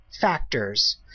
factors